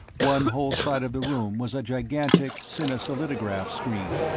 one whole side of the room was a gigantic cine-solidograph screen,